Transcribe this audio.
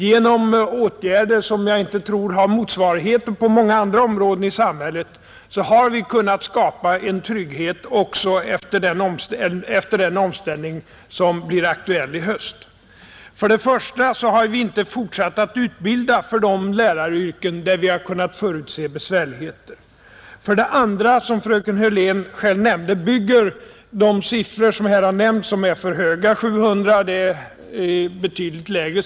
Genom åtgärder, som jag inte tror har motsvarigheter på många andra områden i samhället, har vi kunnat skapa en trygghet också efter den omställning som blir aktuell i höst. För det första har vi inte fortsatt att utbilda för de läraryrken där vi har kunnat förutse besvärligheter. För det andra — och det nämnde också fröken Hörlén — är siffran 700 alldeles för hög. Den aktuella siffran är betydligt lägre.